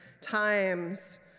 times